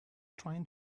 trying